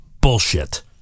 Bullshit